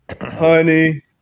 Honey